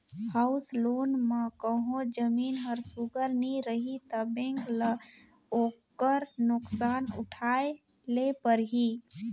house loan म कहों जमीन हर सुग्घर नी रही ता बेंक ल ओकर नोसकान उठाए ले परही